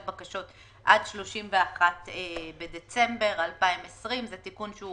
בקשות עד 31 בדצמבר 2020. זה תיקון שהוא